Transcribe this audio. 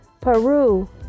Peru